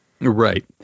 Right